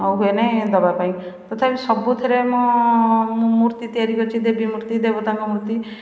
ଆଉ ହୁଏ ନାହିଁ ଦେବା ପାଇଁ ତଥାପି ସବୁଥିରେ ମୁଁ ମୂର୍ତ୍ତି ତିଆରି କରିଛି ଦେବୀ ମୂର୍ତ୍ତି ଦେବତାଙ୍କ ମୂର୍ତ୍ତି